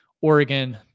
Oregon